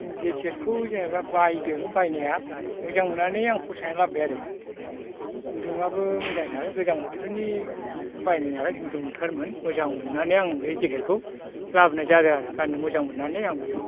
जेकेटखौ जेन'बा बायदों बायनाया मोजां मोननानै आं फसायनानै लाबोबाय आरो गुदुङाबो मोजांथार गोजां बोथोरनि बायनायनालाय गुदुंथारमोन मोजां मोननानै आं बे जेकेटखौ लाबोनाय जादों आरो गाननो मोजां मोननानै आं बे